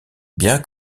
bien